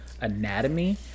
anatomy